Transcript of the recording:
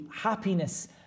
happiness